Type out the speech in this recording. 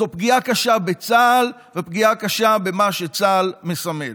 זה פגיעה קשה בצה"ל ופגיעה קשה במה שצה"ל מסמל.